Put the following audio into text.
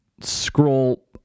scroll